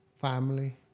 family